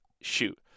shoot